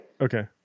Okay